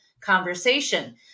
conversation